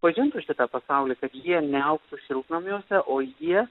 pažintų šitą pasaulį kad jie neaugtų šiltnamiuose o jie